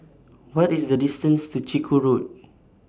What IS The distance to Chiku Road